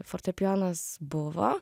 fortepijonas buvo